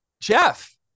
Jeff